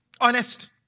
honest